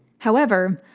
however,